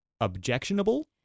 objectionable